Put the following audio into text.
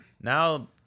Now